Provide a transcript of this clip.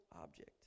object